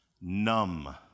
numb